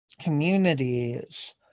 communities